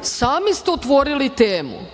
Narodna poslanica,